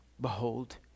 behold